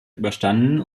überstanden